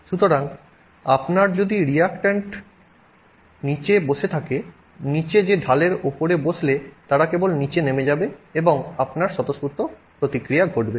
সুতরাং আপনার যদি রিয়্যাকট্যান্ট নিচে বসে থাকে নীচে যে ঢালের উপরে বসলে তারা কেবল নীচে নেমে যাবে এবং আপনার স্বতঃস্ফূর্ত প্রতিক্রিয়া ঘটবে